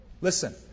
Listen